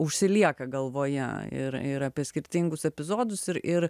užsilieka galvoje ir ir apie skirtingus epizodus ir ir